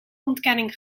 ontkenning